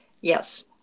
Yes